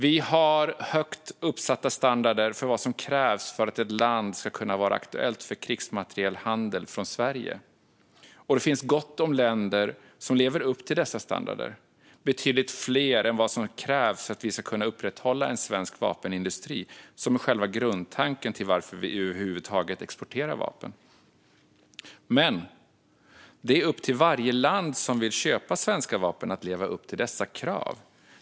Vi har högt uppsatta standarder för vad som krävs för att ett land ska kunna vara aktuellt för krigsmaterielhandel från Sverige. Det finns gott om länder som lever upp till dessa standarder - betydligt fler än vad som krävs för att vi ska kunna upprätthålla en svensk vapenindustri, som är själva grundtanken med att vi över huvud taget exporterar vapen. Men det är upp till varje land som vill köpa svenska vapen att leva upp till dessa krav.